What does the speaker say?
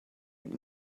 out